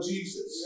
Jesus